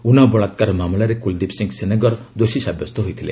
ଉନ୍ନାଓ ବଳାକାର ମାମଲାରେ କୂଳଦୀପ ସିଂହ ସେନେଗର ଦୋଷୀ ସାବ୍ୟସ୍ତ ହୋଇଥିଲେ